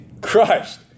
Crushed